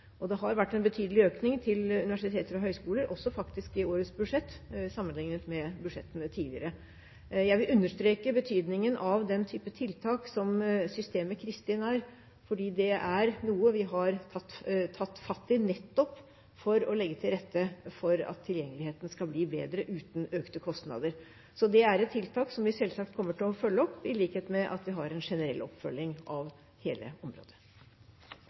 Det har vært en betydelig økning til universiteter og høyskoler, faktisk også i årets budsjett, sammenlignet med budsjettene tidligere. Jeg vil understreke betydningen av den type tiltak som systemet Cristin er, fordi det er noe vi har tatt fatt i for nettopp å legge til rette for at tilgjengeligheten skal bli bedre uten økte kostnader. Det er et tiltak som vi selvsagt kommer til å følge opp, i likhet med at vi har en generell oppfølging av hele området.